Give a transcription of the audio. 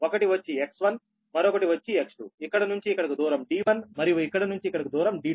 ఒకటి వచ్చి X1 మరొకటి వచ్చి X2 ఇక్కడ నుంచి ఇక్కడకు దూరం D1 మరియు ఇక్కడ నుంచి ఇక్కడకు దూరం D2